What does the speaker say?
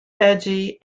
edgy